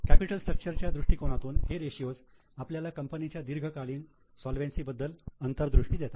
capital structure च्या दृष्टिकनातून हे रेशियो आपल्याला कंपनीच्या दीर्घकालीन सोलवेन्सी बद्दल अंतर्दृष्टी देतात